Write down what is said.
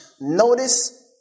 Notice